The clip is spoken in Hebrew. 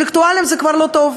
אינטלקטואלים זה כבר לא טוב,